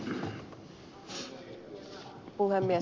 arvoisa herra puhemies